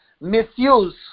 misuse